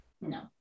No